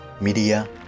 media